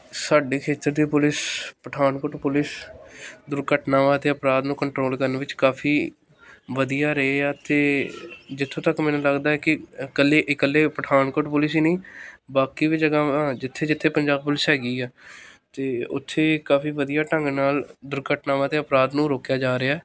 ਸਾਡੇ ਖੇਤਰ ਦੀ ਪੁਲਿਸ ਪਠਾਨਕੋਟ ਪੁਲਿਸ ਦੁਰਘਟਨਾਵਾਂ ਅਤੇ ਅਪਰਾਧ ਨੂੰ ਕੰਟਰੋਲ ਕਰਨ ਵਿੱਚ ਕਾਫੀ ਵਧੀਆ ਰਹੇ ਆ ਅਤੇ ਜਿੱਥੋਂ ਤੱਕ ਮੈਨੂੰ ਲੱਗਦਾ ਕਿ ਇਕੱਲੇ ਇਕੱਲੇ ਪਠਾਨਕੋਟ ਪੁਲਿਸ ਹੀ ਨਹੀਂ ਬਾਕੀ ਵੀ ਜਗ੍ਹਾ ਜਿੱਥੇ ਜਿੱਥੇ ਪੰਜਾਬ ਪੁਲਿਸ ਹੈਗੀ ਆ ਅਤੇ ਉੱਥੇ ਕਾਫੀ ਵਧੀਆ ਢੰਗ ਨਾਲ ਦੁਰਘਟਨਾਵਾਂ ਅਤੇ ਅਪਰਾਧ ਨੂੰ ਰੋਕਿਆ ਜਾ ਰਿਹਾ